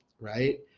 right.